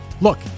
Look